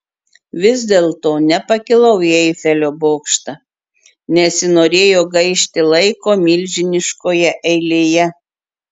vis dėlto nepakilau į eifelio bokštą nesinorėjo gaišti laiko milžiniškoje eilėje